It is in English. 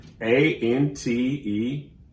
A-N-T-E